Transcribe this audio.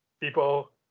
people